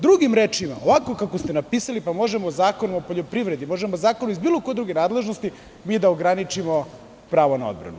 Drugim rečima, ovako kako ste napisali možemo Zakonom o poljoprivredi, možemo zakonom iz bilo koje druge nadležnosti da ograničimo pravo na odbranu.